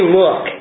look